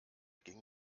ging